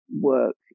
work